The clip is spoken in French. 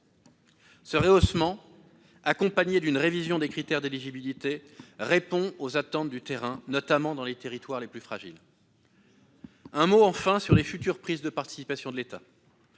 Ce rehaussement, accompagné d'une révision des critères d'éligibilité, répond aux attentes du terrain, notamment dans les territoires les plus fragiles. Un mot, enfin, sur les futures prises de participation de l'État